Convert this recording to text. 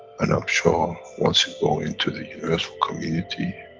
and i'm sure, once you go into the universal community,